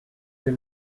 they